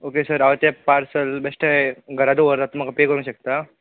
okay sir हां ते parcel बेश्टे घरा दोवरता तूं म्हाका पे करूंक शकत